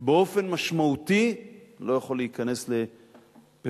באופן משמעותי, אני לא יכול להיכנס לפירוט,